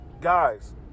guys